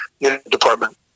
department